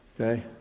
okay